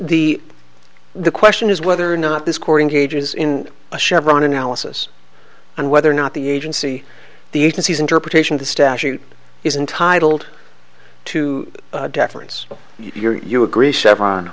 the the question is whether or not this court in cages in a chevron analysis and whether or not the agency the agency's interpretation of the statute is entitled to deference you're you agree chevron